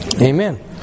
Amen